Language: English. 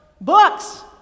Books